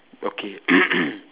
okay